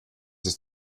ist